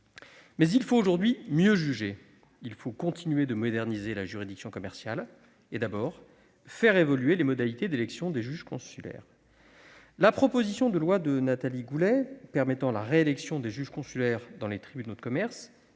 Mais il faut mieux juger et continuer de moderniser la juridiction commerciale, en faisant tout d'abord évoluer les modalités d'élection des juges consulaires. La proposition de loi de Mme Nathalie Goulet permettant la réélection des juges consulaires dans les tribunaux de commerce